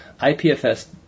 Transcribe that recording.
IPFS